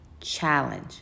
challenge